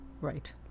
right